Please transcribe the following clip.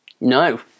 No